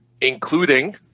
including